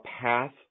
path